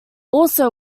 also